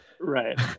right